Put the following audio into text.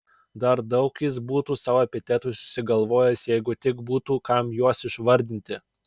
dar daug jis būtų sau epitetų susigalvojęs jeigu tik būtų kam juos išvardinti